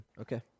Okay